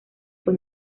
fue